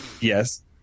yes